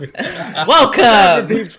Welcome